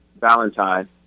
Valentine